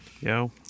Yo